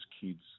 kids